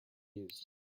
used